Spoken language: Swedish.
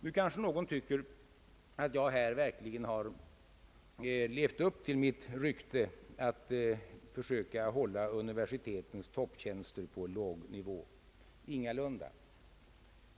Nu kanske någon tycker att jag här verkligen har levt upp till mitt rykte att försöka hålla universitetens topptjänster på en låg nivå. Ingalunda!